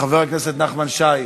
חבר הכנסת נחמן שי,